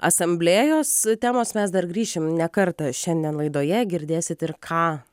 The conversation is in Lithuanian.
asamblėjos temos mes dar grįšim ne kartą šiandien laidoje girdėsit ir ką